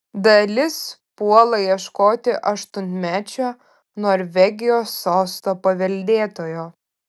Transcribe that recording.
dalis puola ieškoti aštuonmečio norvegijos sosto paveldėtojo